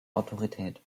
autorität